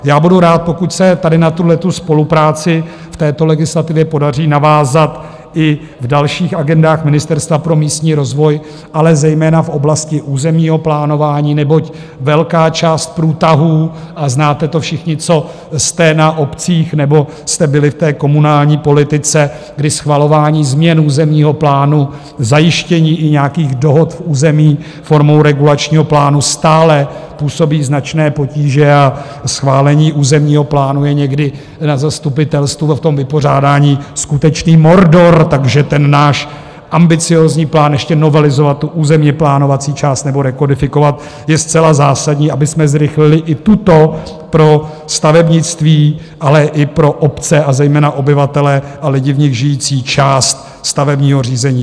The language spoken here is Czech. Já budu rád, pokud se tady na tuhle spolupráci v této legislativě podaří navázat i v dalších agendách Ministerstva pro místní rozvoj, ale zejména v oblasti územního plánování, neboť velká část průtahů a znáte to všichni, co jste na obcích nebo jste byli v komunální politice, kdy schvalování změn územního plánu, zajištění i nějakých dohod v území formou regulačního plánu stále působí značné potíže a schválení územního plánu je někdy na zastupitelstvu a v tom vypořádání skutečný mordor, takže náš ambiciózní plán ještě novelizovat územněplánovací část nebo rekodifikovat je zcela zásadní, abychom zrychlili i tuto pro stavebnictví, ale i pro obce, a zejména obyvatelé a lidi v nich žijící část stavebního řízení.